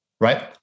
right